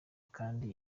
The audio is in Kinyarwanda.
kandi